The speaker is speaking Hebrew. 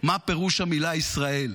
מה פירוש המילה "ישראל".